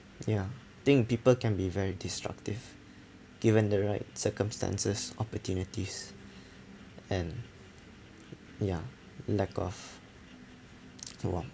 ya I think people can be very destructive given the right circumstances opportunities and ya lack of warmth